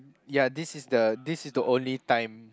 ya this is the this is the only time